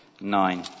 nine